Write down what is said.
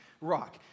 rock